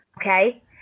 okay